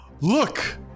Look